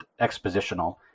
expositional